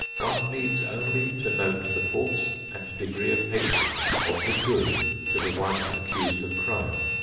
one needs only to note the force and degree of hatred of the good to the one accused of crime,